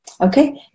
Okay